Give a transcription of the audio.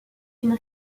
une